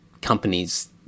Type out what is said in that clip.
companies